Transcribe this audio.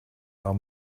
are